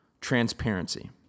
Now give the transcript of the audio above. Transparency